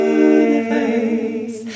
universe